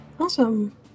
Awesome